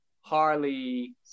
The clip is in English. Harley